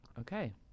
Okay